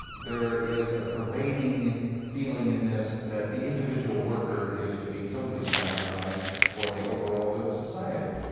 there is a pervading feeling in this that the individual worker is to be totally sacrificed for the overall good of society.